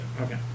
okay